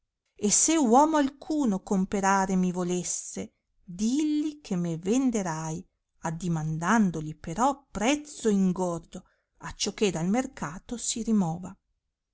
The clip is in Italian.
e se uomo alcuno comperare mi volesse dilli che me venderai addimandandoli però prezzo ingordo acciò che dal mercato si rimova